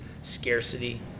scarcity